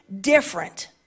different